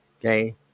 okay